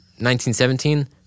1917